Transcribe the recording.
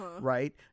Right